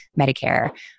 Medicare